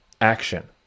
action